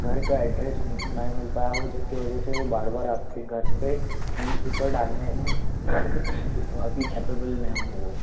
घर का एड्रेस उनको नहीं मिल पाया हो जिसके वजह से वो बार बार आपके घर पर न्यूज़ पेपर डालने में अभी कैपेबल न हों